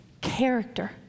character